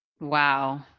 Wow